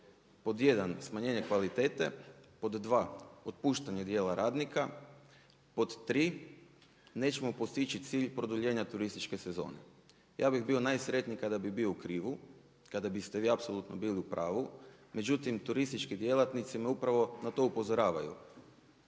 jedan smanjenje kvalitete, pod dva otpuštanje dijela radnika, pod tri nećemo postići cilj produljenja turističke sezone. Ja bih bio najsretniji kada bi bio u krivu, kada biste vi bili apsolutno u pravu, međutim turistički djelatnici me upravo na to upozoravaju.